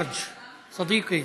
אה, יספיקו.